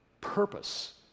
purpose